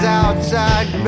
outside